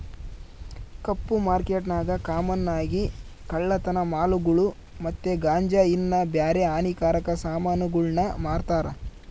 ಕಪ್ಪು ಮಾರ್ಕೆಟ್ನಾಗ ಕಾಮನ್ ಆಗಿ ಕಳ್ಳತನ ಮಾಲುಗುಳು ಮತ್ತೆ ಗಾಂಜಾ ಇನ್ನ ಬ್ಯಾರೆ ಹಾನಿಕಾರಕ ಸಾಮಾನುಗುಳ್ನ ಮಾರ್ತಾರ